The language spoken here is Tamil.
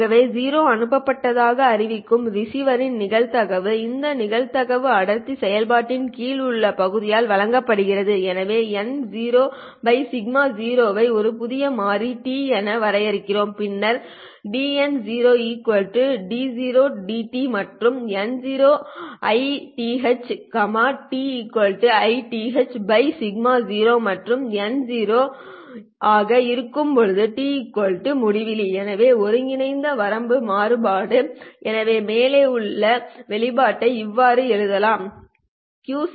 ஆகவே 0 அனுப்பப்பட்டதாக அறிவிக்கும் ரிசீவரின் நிகழ்தகவு இந்த நிகழ்தகவு அடர்த்தி செயல்பாட்டின் கீழ் உள்ள பகுதியால் வழங்கப்படுகிறது எனவே n0 σ0 ஐ ஒரு புதிய மாறி t என வரையறுக்கிறேன் பின்னர் dn0 d0dt மற்றும் n0 Ith t Ith σ0 மற்றும் n0 when ஆக இருக்கும்போது t ∞ எனவே ஒருங்கிணைந்த வரம்புகள் மாறும் எனவே மேலே உள்ள வெளிப்பாட்டை இவ்வாறு எழுதலாம் P1|012πIth0e t22dt